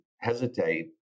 hesitate